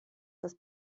das